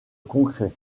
concret